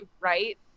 right